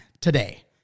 today